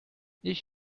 ich